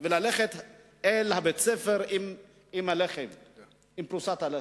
וללכת לבית-הספר עם פרוסת הלחם,